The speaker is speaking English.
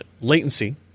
latency